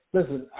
Listen